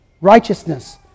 righteousness